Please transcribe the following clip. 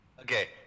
Okay